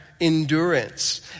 endurance